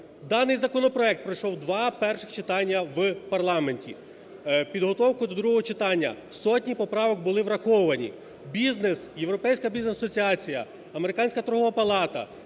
даний законопроект пройшов два перших читання в парламенті. Підготовкою до другого читання сотні поправок були враховані. Бізнес, Європейська бізнес-асоціація, Американська торгова палата,